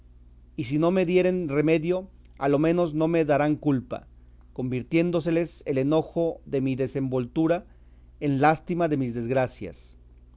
y si no me dieren remedio a lo menos no me darán culpa convirtiéndoseles el enojo de mi desenvoltura en lástima de mis desgracias